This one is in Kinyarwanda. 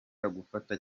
gufata